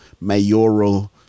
mayoral